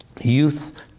youth